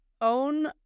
own